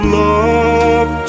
love